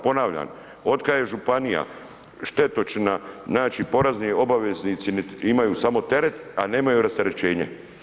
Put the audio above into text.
Ponavljam, od kada je županija štetočina porezni obveznici imaju samo teret, a nemaju rasterećenje.